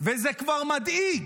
וזה כבר מדאיג,